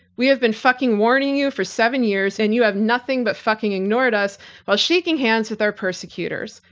we have been fucking warning you for seven years and you have nothing but fucking ignoring us while shaking hands with our persecutors.